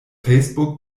facebook